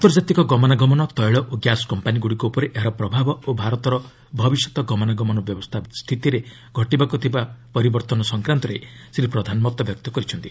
ଆନ୍ତର୍ଜାତିକ ଗମନାଗମନ ତୈଳ ଓ ଗ୍ୟାସ୍ କମ୍ପାନୀଗୁଡ଼ିକ ଉପରେ ଏହାର ପ୍ରଭାବ ଓ ଭାରତର ଭବିଷ୍ୟତ ଗମନାଗମନ ବ୍ୟବସ୍ଥା ସ୍ଥିତିରେ ଘଟିବାକୁଥିବା ପରିବର୍ତ୍ତନ ସଂକ୍ରାନ୍ତରେ ଶ୍ରୀ ପ୍ରଧାନ ମତବ୍ୟକ୍ତ କରିଛନ୍ତି